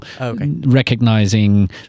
recognizing